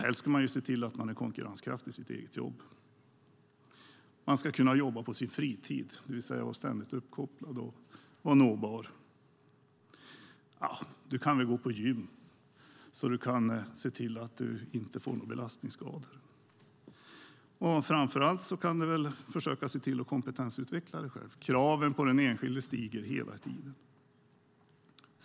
Helst ska du själv se till att du är konkurrenskraftig i ditt eget jobb. Du ska kunna jobba på din fritid, det vill säga vara ständigt uppkopplad och nåbar. Du kan väl gå på gym så att du ser till att du inte får några belastningsskador! Framför allt kan du väl försöka se till att kompetensutveckla dig själv! Kraven på den enskilde stiger hela tiden.